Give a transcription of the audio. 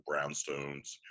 brownstones